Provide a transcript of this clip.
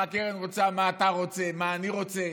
מה קרן רוצה, מה אתה רוצה, מה אני רוצה,